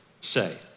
say